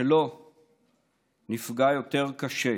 שלא נפגע יותר קשה.